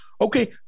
Okay